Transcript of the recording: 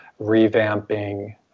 revamping